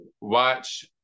watch